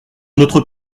notre